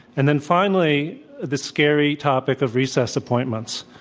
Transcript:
and then finally the scary topic of recess appointments,